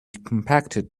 compacted